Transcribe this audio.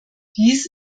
dies